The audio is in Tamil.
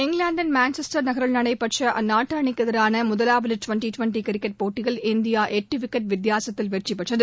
இங்கிலாந்தின் மான்செஸ்டர் நகரில் நடைபெற்ற அந்நாட்டு அணிக்கு எதிரான முதலாவது டுவென்டி டுவென்டி கிரிக்கெட் போட்டியில் இந்தியா எட்டு விக்கெட் வித்தியாசத்தில் வெற்றி பெற்றது